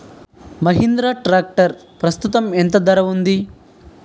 Mahindra tractor ప్రస్తుతం ఎంత ధర ఉంది?